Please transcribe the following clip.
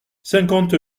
cinquante